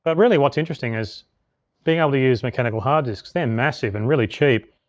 but really, what's interesting is being able to use mechanical hard disks. they're massive and really cheap.